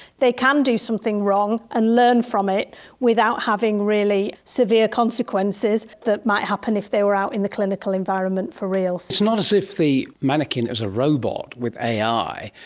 they can do something wrong and learn from it without having really severe consequences that might happen if they were out in the clinical environment for real. it's not as if the manikin is a robot with ai,